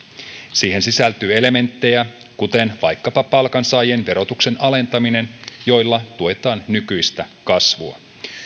siihen sisältyy elementtejä kuten vaikkapa palkansaajien verotuksen alentaminen joilla tuetaan nykyistä kasvua